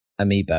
amiibo